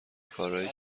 کارایی